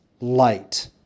light